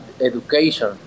education